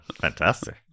fantastic